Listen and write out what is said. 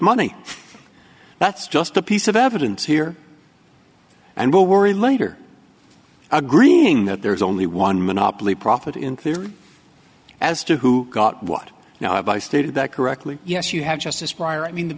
money that's just a piece of evidence here and we'll worry later agreeing that there is only one monopoly profit in there as to who got what now if i stated that correctly yes you have just this prior i mean the